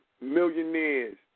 millionaires